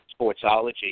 Sportsology